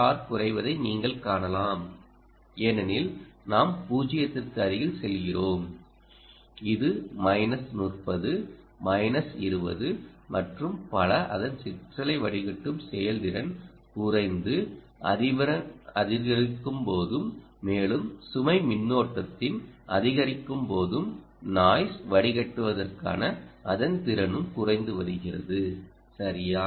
R குறைவதை நீங்கள் காணலாம் ஏனெனில் நாம் 0 க்கு அருகில் செல்கிறோம் இது மைனஸ் 30 மைனஸ் 20 மற்றும் பல அதன் சிற்றலை வடிகட்டும் செயல்திறன் குறைந்து அதிர்வெண் அதிகரிக்கும்போதும் மேலும் சுமை மின்னோட்டத்தின் அதிகரிக்கும் போதும் நாய்ஸ் வடிகட்டுவதற்கான அதன் திறனும் குறைந்து வருகிறது சரியா